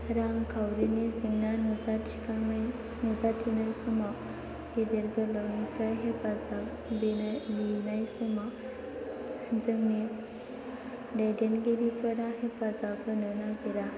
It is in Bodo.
रांखावरिनि जेंना नुजाथिखांनाय समाव गेदेर गोलावनिफ्राय हेफाजाब बिनाय समाव जोंनि दैदेनगिरिफोरा हेफाजाब होनो नागिरा